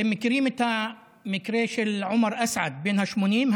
אתם מכירים את המקרה של עומר אסעד בן ה-80,